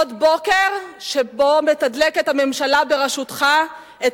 עוד בוקר שבו מתדלקת הממשלה בראשותך את